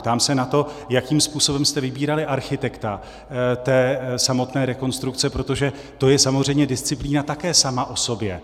Ptám se na to, jakým způsobem jste vybírali architekta té samotné rekonstrukce, protože to je samozřejmě disciplína také sama o sobě.